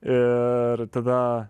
ir tada